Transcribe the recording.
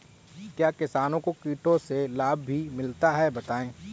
क्या किसानों को कीटों से लाभ भी मिलता है बताएँ?